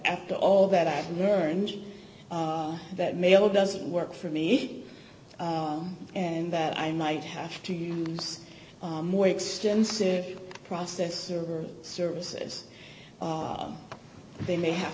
after all that i've learned that mail doesn't work for me and that i might have to use more extensive process or services they may have